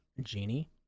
Genie